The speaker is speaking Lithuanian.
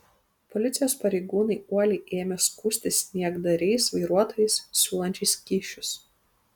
policijos pareigūnai uoliai ėmė skųstis niekdariais vairuotojais siūlančiais kyšius